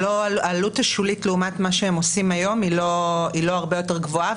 העלות השולית לעומת מה שהם עושים היום היא לא הרבה יותר גבוהה.